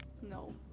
No